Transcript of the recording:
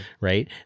right